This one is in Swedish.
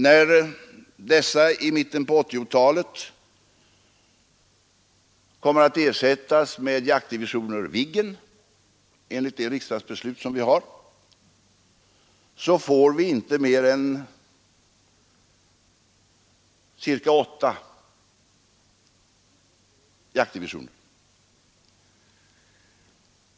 När dessa i mitten på 1980-talet enligt det riksdagsbeslut som har fattats kommer att ersättas med jaktdivisioner Viggen får vi inte mer än ca 8 jaktdivisioner.